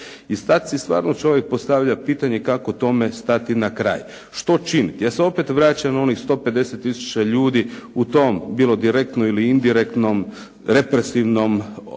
I sada si stvarno čovjek postavlja pitanje, kako tome stati na kraj? Što činiti? Ja se opet vraćam na onih 150 tisuća ljudi u tom bilo direktnom ili indirektnom represivnom aparatu.